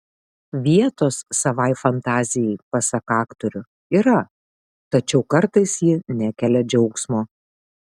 vietos savai fantazijai pasak aktorių yra tačiau kartais ji nekelia džiaugsmo